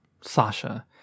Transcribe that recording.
Sasha